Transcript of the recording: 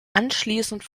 anschließend